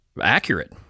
accurate